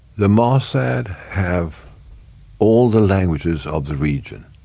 the mossad have all the languages of the region.